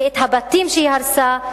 ואת הבתים שהיא הרסה,